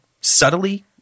subtly